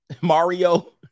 Mario